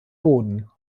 boden